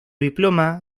diploma